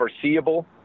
foreseeable